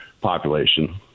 population